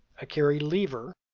a carry lever,